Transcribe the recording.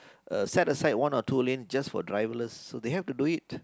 uh set aside one or two lanes just for driverless so they have to do it